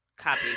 copy